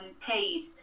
paid